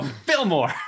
Fillmore